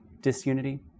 disunity